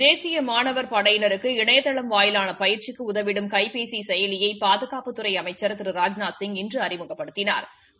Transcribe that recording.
தேசிய மாணவா்படையினா் இணையதளம் வாயிலான பயிற்சிக்கு உதவிடும் கைபேசி செயலியை பாதுகாப்புத்துறை அமைச்சா் திரு ராஜ்நாத்சிங் இன்று அறிமுகப்படுத்தினாா்